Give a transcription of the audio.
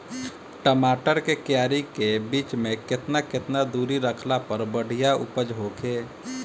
टमाटर के क्यारी के बीच मे केतना केतना दूरी रखला पर बढ़िया उपज होई?